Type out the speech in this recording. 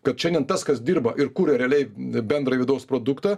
kad šiandien tas kas dirba ir kuria realiai bendrąjį vidaus produktą